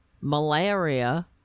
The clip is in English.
Malaria